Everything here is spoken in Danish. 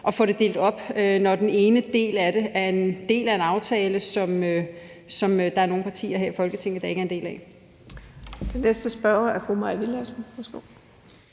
at få det delt op, når den ene del af det er en del af en aftale, som der er nogle partier her i Folketinget der ikke er en del af.